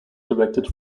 directed